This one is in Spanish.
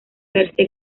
verse